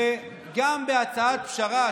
וגם בהצעת פשרה,